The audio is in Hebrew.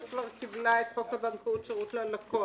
כבר קיבלה את חוק הבנקאות (שירות ללקוח)